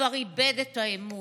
כבר איבד את האמון,